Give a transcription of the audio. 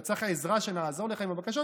אתה צריך עזרה, שנעזור לך עם הבקשות?